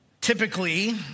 typically